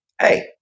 hey